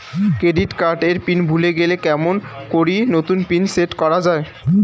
Credit card এর PIN ভুলে গেলে কেমন করি নতুন পিন সেট করা য়ায়?